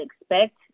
expect